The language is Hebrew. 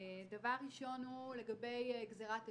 דבר ראשון הוא לגבי גזירת השליש.